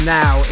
now